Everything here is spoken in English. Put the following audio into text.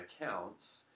accounts